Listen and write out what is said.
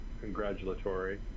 congratulatory